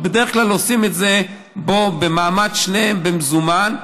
בדרך כלל כבר עושים את זה במעמד שניהם, במזומן.